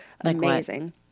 amazing